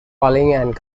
and